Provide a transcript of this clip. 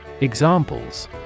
Examples